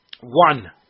One